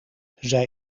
zij